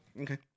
Okay